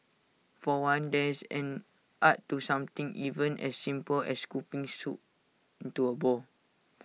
for one there is an art to something even as simple as scooping soup into A bowl